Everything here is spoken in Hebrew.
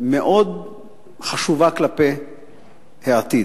מאוד חשובה כלפי העתיד.